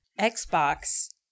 Xbox